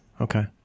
okay